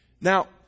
Now